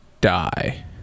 die